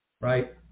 right